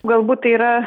galbūt tai yra